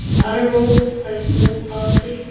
honor rolls high school policy.